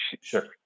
Sure